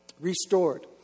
restored